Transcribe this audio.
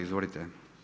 Izvolite.